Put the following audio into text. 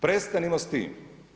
Prestanimo s tim.